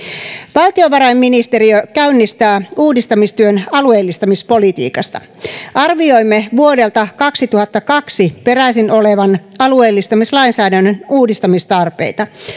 valtiovarainministeriö käynnistää uudistamistyön alueellistamispolitiikasta arvioimme vuodelta kaksituhattakaksi peräisin olevan alueellistamislainsäädännön uudistamistarpeita